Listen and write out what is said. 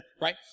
right